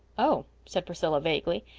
oh! said priscilla vaguely.